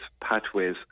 pathways